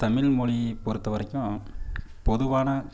தமிழ்மொழியை பொறுத்த வரைக்கும் பொதுவான